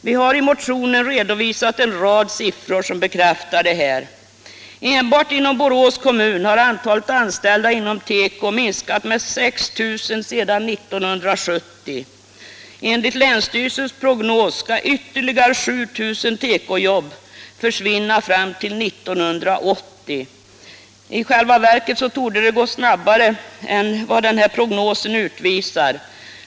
Vi har i motionerna redovisat en rad siffror som bekräftar detta. minskat med 6 000 sedan 1970. Enligt länsstyrelsens prognos skall ytterligare 7 000 tekojobb försvinna fram till 1980. I själva verket torde det gå snabbare än vad denna prognos utvisar.